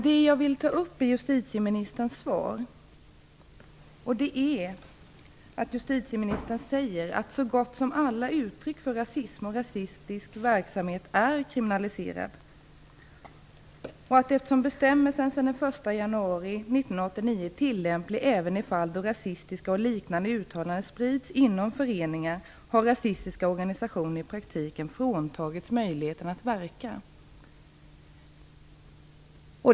Det jag vill ta upp i justitieministerns svar är att justitieministern säger:" - att så gott som alla uttryck för rasism och rasistisk verksamhet är kriminaliserade. - Eftersom bestämmelse sedan den 1 januari 1989 är tillämplig även i fall då rasistiska eller liknande uttalanden sprids inom en förening har rasistiska organisationer i praktiken fråntagits möjligheten att verka."